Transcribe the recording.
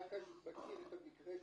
ונקש מכיר את המקרה שלי.